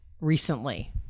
recently